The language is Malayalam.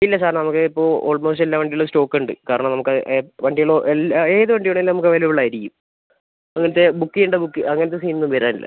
ഇല്ല സാർ നമുക്ക് ഇപ്പോൾ ഓൾമോസ്റ്റ് എല്ലാ വണ്ടികളും സ്റ്റോക്ക് ഉണ്ട് കാരണം നമുക്ക് എ വണ്ടികൾ എല്ലാം ഏത് വണ്ടി വേണമെങ്കിലും നമുക്ക് അവൈലബിൾ ആയിരിക്കും അങ്ങനത്തെ ബുക്ക് ചെയ്യേണ്ട ബുക്ക് അങ്ങനത്തെ സീൻ ഒന്നും വരാനില്ല